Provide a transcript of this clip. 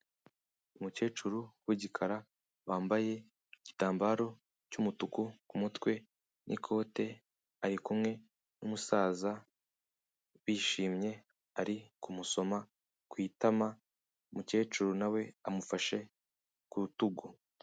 Umukecuru w'igikara wambaye igitambaro cy'umutuku ku mutwe n'ikote, ari kumwe n'umusaza bishimye, ari kumusoma ku itama, umukecuru na we amufashe ku rutugu.